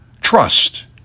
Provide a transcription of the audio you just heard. trust